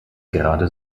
gerade